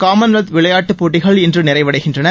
common wealth விளையாட்டு போட்டிகள் இன்று நிறைவடைகின்றன